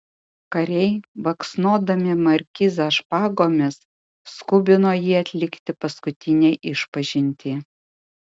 kariai baksnodami markizą špagomis skubino jį atlikti paskutinę išpažintį